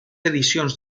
edicions